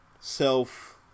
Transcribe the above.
self